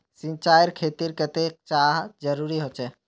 सिंचाईर खेतिर केते चाँह जरुरी होचे?